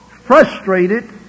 frustrated